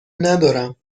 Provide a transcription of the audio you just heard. ندارم